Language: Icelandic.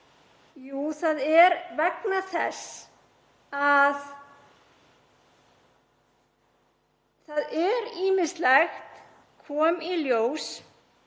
Jú, það er vegna þess að ýmislegt kom í ljós